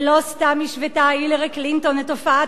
ולא סתם השוותה הילרי קלינטון את תופעת